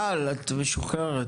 טל, את משוחררת.